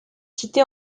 quittés